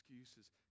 excuses